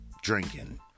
drinking